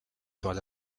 todas